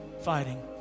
fighting